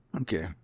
okay